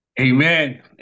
Amen